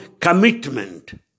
commitment